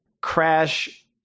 crash